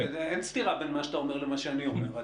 אין סתירה בין מה שאתה אומר למה שאני אומר.